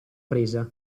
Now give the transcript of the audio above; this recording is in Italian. presa